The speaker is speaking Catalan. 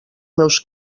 meus